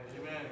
Amen